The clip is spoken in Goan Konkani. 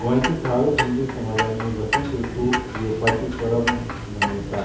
गोंयचे थळावीक हिंदू समाजानी वसंत ऋतू येवपाची परब मनयतात